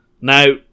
Now